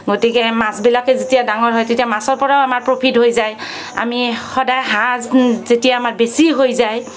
গতিকে মাছবিলাকে যেতিয়া ডাঙৰ হয় তেতিয়া মাছৰ পৰাও আমাৰ প্ৰফিট হৈ যায় আমি সদায় হাঁহ যেতিয়া আমাৰ বেছি হৈ যায়